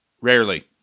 rarely